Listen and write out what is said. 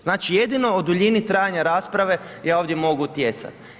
Znači, jedino o duljini trajanja rasprave ja ovdje mogu utjecati.